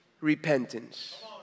repentance